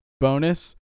bonus